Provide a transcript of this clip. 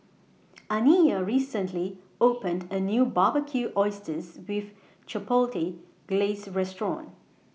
Aniya recently opened A New Barbecued Oysters with Chipotle Glaze Restaurant